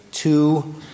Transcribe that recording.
Two